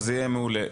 יהיה מעולה.